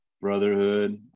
brotherhood